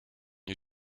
you